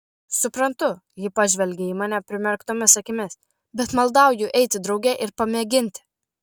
suprantu ji pažvelgė į mane primerktomis akimis bet maldauju eiti drauge ir pamėginti